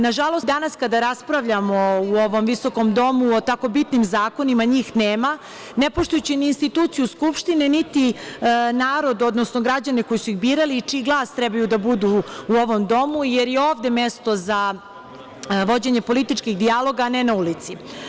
Nažalost i danas, kada raspravljamo u ovom visokom domu o tako bitnim zakonima, njih nema, ne poštujući ni instituciju Skupštine, niti narod, odnosno građane koji su ih birali i čiji glas trebaju da budu u ovom domu, jer je ovde mesto za vođenje političkih dijaloga ne na ulici.